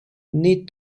need